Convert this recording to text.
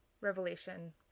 revelation